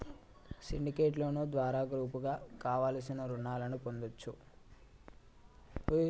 syndicate loan ద్వారా గ్రూపుగా కావలసిన రుణాలను పొందొచ్చు